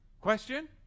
Question